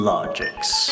Logics